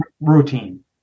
routine